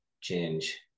change